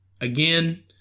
again